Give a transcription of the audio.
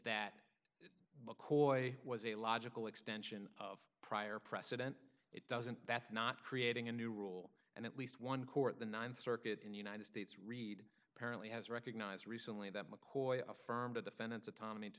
mccoy was a logical extension of prior precedent it doesn't that's not creating a new rule and at least one court the th circuit in the united states read apparently has recognized recently that mccoy affirmed the defendant's autonomy to